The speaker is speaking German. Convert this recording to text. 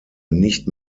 nicht